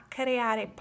creare